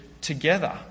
together